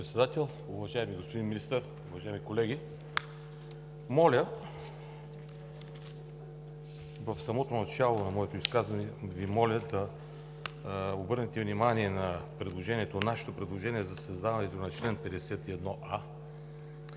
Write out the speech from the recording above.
госпожо Председател, уважаеми господин Министър, уважаеми колеги! В самото начало на моето изказване Ви моля да обърнете внимание на нашето предложение за създаване на чл. 51а,